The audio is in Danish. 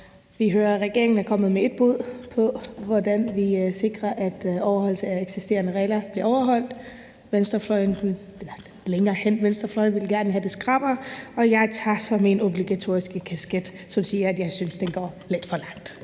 vi hører, at regeringen er kommet med ét bud på, hvordan vi sikrer, at de eksisterende regler bliver overholdt. Venstrefløjen og andre vil gerne have det skrappere, og jeg tager så min obligatoriske kasket på og siger, at jeg synes, at det går lidt for langt.